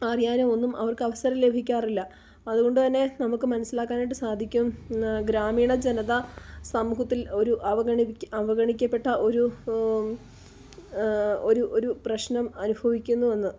അറിയാനോ ഒന്നും അവർക്ക് അവസരം ലഭിക്കാറില്ല അതുകൊണ്ട് തന്നെ നമുക്ക് മനസ്സിലാക്കാനായിട്ട് സാധിക്കും ഗ്രാമീണ ജനത സമൂഹത്തിൽ ഒരു അവഗണിക്കപ്പെട്ട അവഗണിക്കപ്പെട്ട ഒരു ഒരു ഒരു പ്രശ്നം അനുഭവിക്കുന്നു എന്ന്